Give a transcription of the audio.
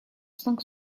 cinq